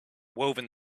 woven